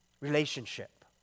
Relationship